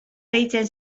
deitzen